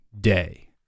day